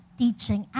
teaching